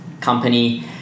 company